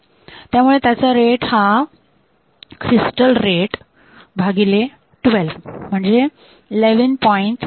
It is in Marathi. त्यामुळे त्याचा रेट हा क्रिस्टल रेट भागिले 12 म्हणजे 11